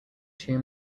two